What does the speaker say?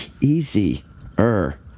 easier